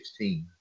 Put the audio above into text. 2016